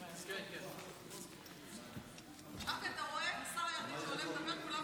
הצבה של כוורות וייצור דבש,